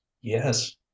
Yes